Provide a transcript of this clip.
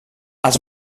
els